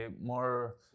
more